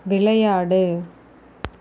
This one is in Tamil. விளையாடு